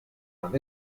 man